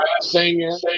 singing